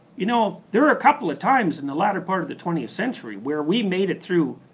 you know, there are a couple of times in the latter part of the twentieth century, where we made it through